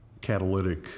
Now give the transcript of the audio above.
catalytic